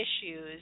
issues